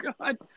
God